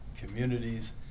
communities